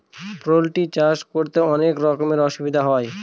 poultry চাষ করতে অনেক রকমের অসুবিধা হয়